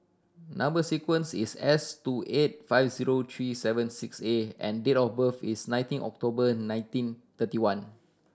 number sequence is S two eight five zero three seven six A and date of birth is nineteen October nineteen thirty one